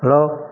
hello